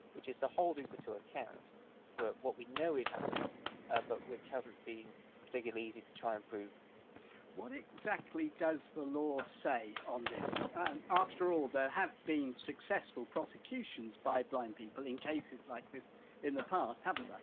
which is to hold uber but to account for what we know is happening ah but which hasn't been particularly easy to try and prove what exactly does the law say on this and, after all, there have been successful prosecutions by blind people in cases like this in the past haven't but